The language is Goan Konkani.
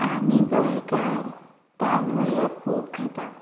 आमी गोंयकार तांदूळ हे खूब खाता